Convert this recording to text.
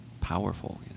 powerful